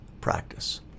practice